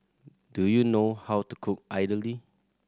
do you know how to cook idly